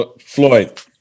floyd